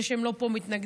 וזה שהם לא פה מתנגדים,